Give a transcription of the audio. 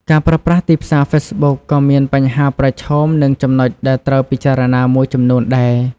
ការប្រើប្រាស់ទីផ្សារហ្វេសប៊ុកក៏មានបញ្ហាប្រឈមនិងចំណុចដែលត្រូវពិចារណាមួយចំនួនដែរ។